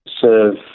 serve